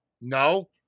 no